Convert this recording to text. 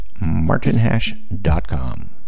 martinhash.com